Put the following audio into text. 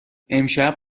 امشب